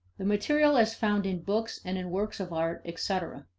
the material as found in books and in works of art, etc.